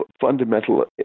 fundamental